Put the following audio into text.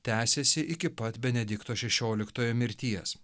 tęsėsi iki pat benedikto šešioliktojo mirties